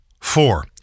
Four